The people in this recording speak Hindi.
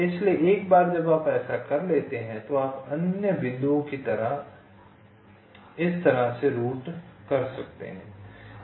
इसीलिए एक बार जब आप ऐसा कर लेते हैं तो आप अन्य बिंदुओं को इस तरह से रूट कर सकते हैं